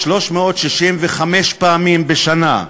365 פעמים בשנה,